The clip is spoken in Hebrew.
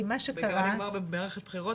כי מה שקרה --- נגמר בערך בבחירות,